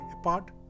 apart